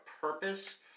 purpose